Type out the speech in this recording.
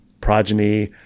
progeny